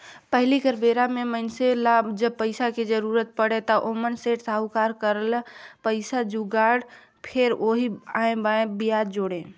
पहिली कर बेरा म मइनसे ल जब पइसा के जरुरत पड़य त ओमन सेठ, साहूकार करा ले पइसा जुगाड़य, फेर ओही आंए बांए बियाज जोड़य